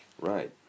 Right